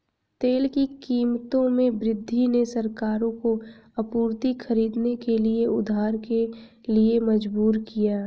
तेल की कीमतों में वृद्धि ने सरकारों को आपूर्ति खरीदने के लिए उधार के लिए मजबूर किया